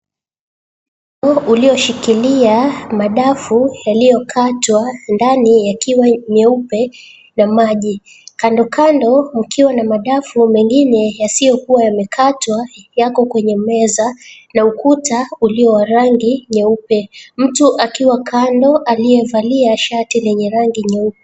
Ulioshikilia madafu yaliyokatwa ndani yakiwa nyeupe na maji, kandokando mkiwa na madafu mengine yasiyokuwa yamekatwa yako kwenye meza na ukuta ulio wa rangi nyeupe. Mtu akiwa kando aliyevalia shati lenye rangi nyeupe.